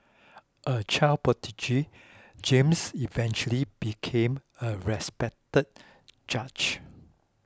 a child prodigy James eventually became a respected judge